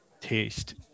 taste